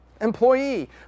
employee